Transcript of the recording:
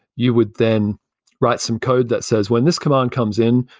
you would then write some code that says when this command comes in,